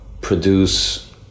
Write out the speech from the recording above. produce